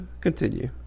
Continue